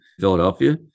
Philadelphia